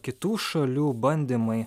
kitų šalių bandymai